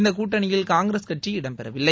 இந்த கூட்டணியில் காங்கிரஸ் கட்சி இடம்பெறவில்லை